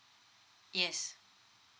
yes